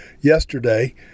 yesterday